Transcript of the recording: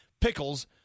pickles